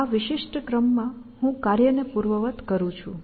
આ વિશિષ્ટ ક્રમ માં હું કાર્યને પૂર્વવત્ કરું છું